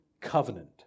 covenant